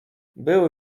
były